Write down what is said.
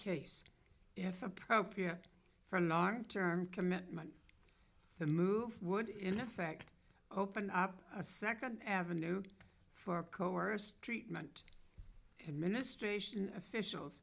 case if appropriate for a long term commitment the move would in effect open up a second avenue for coerced treatment ministration officials